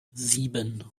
sieben